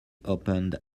opened